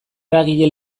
eragile